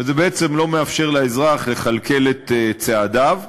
וזה בעצם לא מאפשר לאזרח לכלכל את צעדיו.